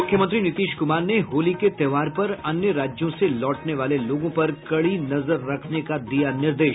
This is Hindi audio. मुख्यमंत्री नीतीश कुमार ने होली के त्यौहार पर अन्य राज्यों से लौटने वाले लोगों पर कड़ी नजर रखने का दिया निर्देश